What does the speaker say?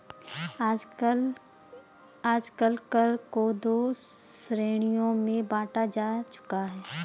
आजकल कर को दो श्रेणियों में बांटा जा चुका है